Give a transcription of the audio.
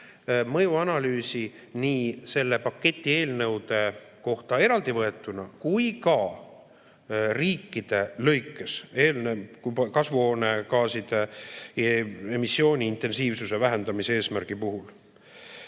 mõjuanalüüsi nii selle paketi eelnõude kohta eraldi võetuna kui ka riikide lõikes kasvuhoonegaaside emissiooni intensiivsuse vähendamise eesmärgi puhul.